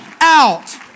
out